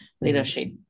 leadership